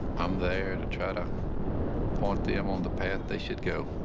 i'm there to try to point them on the path they should go.